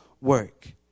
work